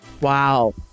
wow